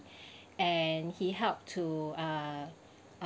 and he helped to uh